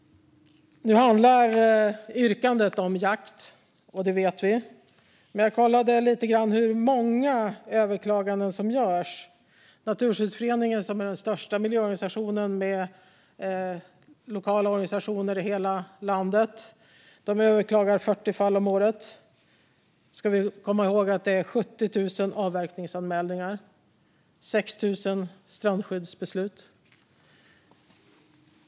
Nu handlar yrkandet om jakt - det vet vi. Men jag kollade lite grann hur många överklaganden som görs. Naturskyddsföreningen, den största miljöorganisationen med lokala organisationer i hela landet, överklagar 40 fall om året. Vi ska komma ihåg att det är fråga om 70 000 avverkningsanmälningar och 6 000 strandskyddsbeslut.